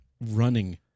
running